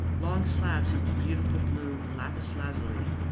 long slabs of the beautiful blue lapis lazuli,